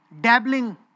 dabbling